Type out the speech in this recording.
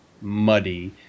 muddy